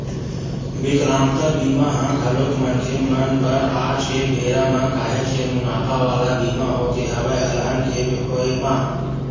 बिकलांगता बीमा ह घलोक मनखे बर आज के बेरा म काहेच के मुनाफा वाला बीमा होगे हवय अलहन के होय म